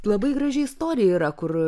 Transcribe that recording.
labai graži istorija yra kur